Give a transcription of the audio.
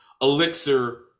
elixir